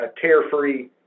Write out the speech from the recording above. tear-free